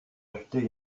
acheter